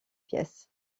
pièces